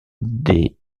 des